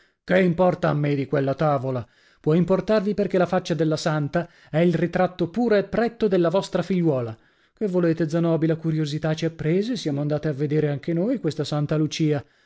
che importa a me di quella tavola può importarvi perchè la faccia della santa è il ritratto puro e pretto della vostra figliuola che volete zanobi la curiosità ci ha prese e siamo andate a vedere anche noi questa santa lucia